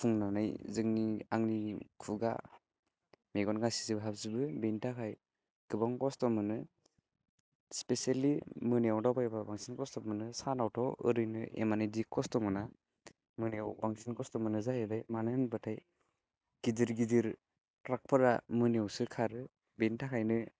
गुफुंनानै जोंनि आंनि खुगा मेगन गासैजोंबो हाबजोबो बिनि थाखाय गोबां खस्थ' मोनो स्पेसेलि मोनायाव दावबायोब्ला बांसिन खस्थ' मोनो सानावथ' ओरैनो एसेबां बिदि खस्थ' मोना मोनायाव बांसिन खस्थ' मोन्नाया जाहैबाय मानो होनबाथाय गिदिर ट्राकफोरा मोनायाव मोनायावसो खारो बिनि थाखायनो